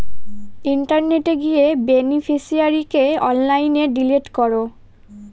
ইন্টারনেটে গিয়ে বেনিফিশিয়ারিকে অনলাইনে ডিলিট করো